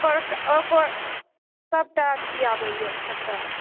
ओकर ओकर सभटा अथी आबैए सभटा